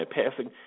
passing